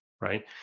right